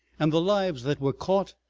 and the lives that were caught,